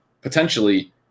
potentially